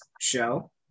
show